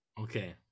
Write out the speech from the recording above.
Okay